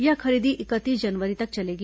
यह खरीदी इकतीस जनवरी तक चलेगी